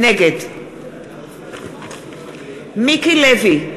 נגד מיקי לוי,